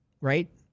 right